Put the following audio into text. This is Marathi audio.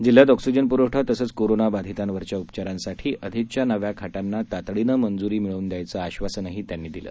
जिल्ह्यात ऑक्सिजन प्रवठा तसंच कोरोना बाधितांवरच्या उपचारांसाठी अधिकच्या नव्या खाटांना तातडीनं मंजूरी मिळवून दयायचं आश्वासनही त्यांनी यावेळी दिलं